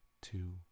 two